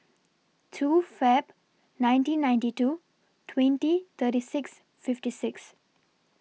two Feb nineteen ninety two twenty thirty six fifty six